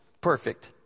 perfect